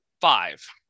Five